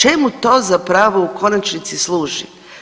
Čemu to zapravo u konačnici služi?